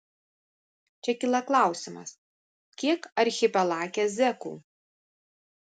čia kyla klausimas kiek archipelage zekų